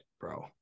bro